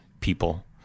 people